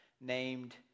named